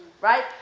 right